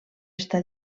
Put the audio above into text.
està